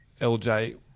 LJ